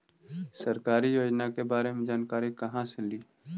सरकारी योजना के बारे मे जानकारी कहा से ली?